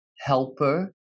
helper